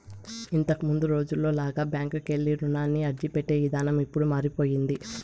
ఇంతకముందు రోజుల్లో లాగా బ్యాంకుకెళ్ళి రుణానికి అర్జీపెట్టే ఇదానం ఇప్పుడు మారిపొయ్యింది